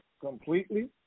completely